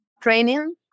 Training